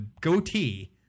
goatee